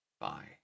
Bye